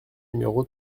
numéro